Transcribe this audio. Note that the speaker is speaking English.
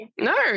No